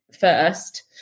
first